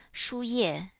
shu ye,